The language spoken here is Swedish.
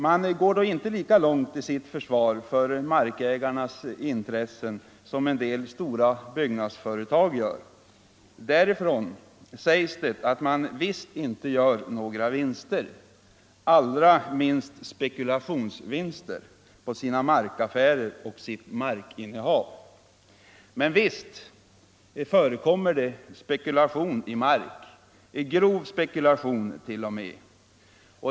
Man går dock inte lika långt i sitt försvar av markägarnas intressen som en del stora byggnadsföretag gör. Därifrån sägs det att man visst inte gör några vinster, allra minst spekulationsvinster, på sina markaffärer och sitt markinnehav. Men visst förekommer det spekulation i mark, grov spekulation t.o.m.